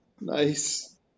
Nice